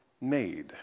made